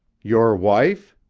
your wife?